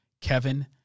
Kevin